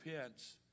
pence